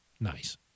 nice